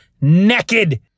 naked